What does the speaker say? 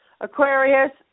Aquarius